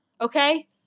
Okay